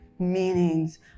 meanings